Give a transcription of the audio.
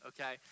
okay